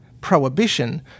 prohibition